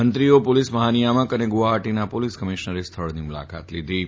મંત્રીઓ પોલીસ મહાનિયામક અને ગુવાહાટીના પોલીસ કમિશનરે સ્થળની મુલાકાત લીધી હતી